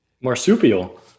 Marsupial